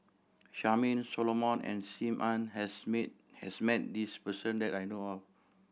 Charmaine Solomon and Sim Ann has mate has met this person that I know of